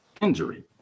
injury